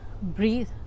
breathe